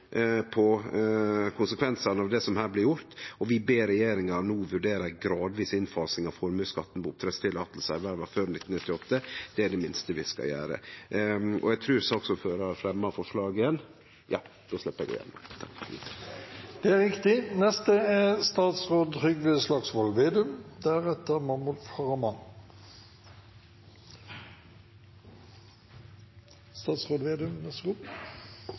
på konsekvensane av det som her blir gjort, og vi ber regjeringa no vurdere ei gradvis innfasing av formuesskatten på oppdrettstillatingar erverva før 1998. Det er det minste vi skal gjere. Forslagsstillerne ber regjeringen om å fremme forslag om å utsette krav om innbetaling av formuesskatt på oppdrettskonsesjoner ervervet før 1998, i